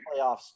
playoffs